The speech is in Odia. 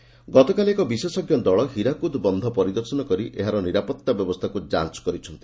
ହୀରାକୁଦ ଯାଞ ଗତକାଲି ଏକ ବିଶେଷ୍କ ଦଳ ହୀରାକୁଦ ବନ୍ଧ ପରିଦର୍ଶନ କରି ଏହାର ନିରାପତ୍ତା ବ୍ୟବସ୍ସାକୁ ଯାଞ କରିଛନ୍ତି